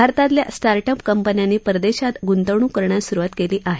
भारतातल्या startup कंपन्यांनी परदेशात गुंतवणुक करण्यास सुरवात केली आहे